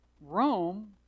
Rome